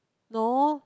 no